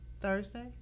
Thursday